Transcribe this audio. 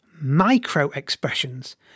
micro-expressions